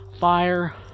fire